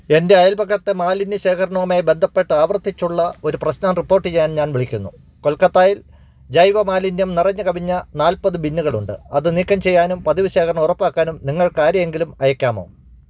എൻ്റെ അയൽപക്കത്തെ മാലിന്യ ശേഖരണവുമായി ബന്ധപ്പെട്ട് ആവർത്തിച്ചുള്ള ഒരു പ്രശ്നം റിപ്പോർട്ടു ചെയ്യാൻ ഞാൻ വിളിക്കുന്നു കൊൽക്കത്തായിൽ ജൈവ മാലിന്യം നിറഞ്ഞു കവിഞ്ഞ നാല്പത് ബിന്നുകളുണ്ട് അത് നീക്കം ചെയ്യാനും പതിവ് ശേഖരണം ഉറപ്പാക്കാനും നിങ്ങൾക്കാരെയെങ്കിലും അയയ്ക്കാമോ